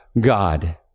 God